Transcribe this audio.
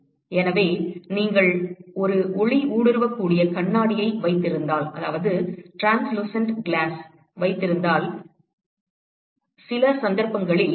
எனவே நீங்கள் ஒரு ஒளிஊடுருவக்கூடிய கண்ணாடியை வைத்திருந்தால் சில சந்தர்ப்பங்களில் பரவுகிறது